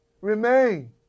Remain